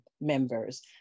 members